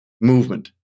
movement